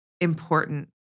important